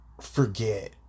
forget